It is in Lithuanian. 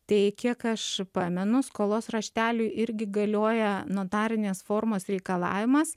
tai kiek aš pamenu skolos rašteliui irgi galioja notarinės formos reikalavimas